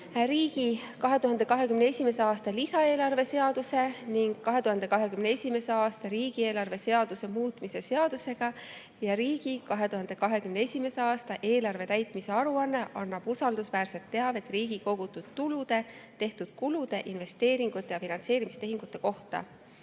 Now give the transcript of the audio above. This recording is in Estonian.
riigi 2021. aasta lisaeelarve seaduse ja 2021. aasta riigieelarve seaduse muutmise seadusega ning riigi 2021. aasta eelarve täitmise aruanne annab usaldusväärset teavet riigi kogutud tulude, tehtud kulude, investeeringute ja finantseerimistehingute kohta.